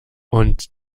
und